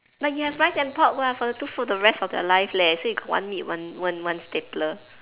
but you have rice and pork [what] for the two for the rest of your life leh so you got one meat and one one one staple